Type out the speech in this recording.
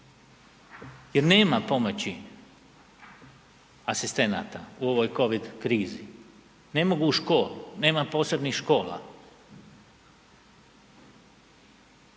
jer nema pomoći asistenata u ovoj COVID krizi, ne mogu u škole, nema posebnih škola.